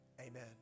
Amen